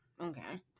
okay